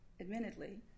admittedly